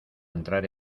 entrar